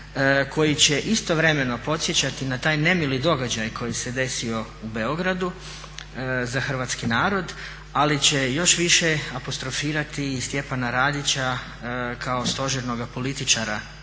koji će istovremeno podsjećati na taj nemili događaj koji se desio u Beogradu za hrvatski narod, ali će još više apostrofirati i Stjepana Radića kao stožernoga političara toga